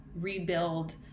rebuild